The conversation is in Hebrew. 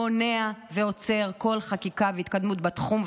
מונע ועוצר כל חקיקה והתקדמות בתחום.